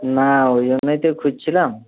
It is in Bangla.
না ওই জন্যই তো খুঁজছিলাম